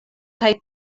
kaj